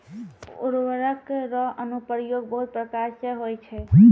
उर्वरक रो अनुप्रयोग बहुत प्रकार से होय छै